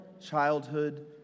childhood